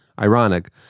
Ironic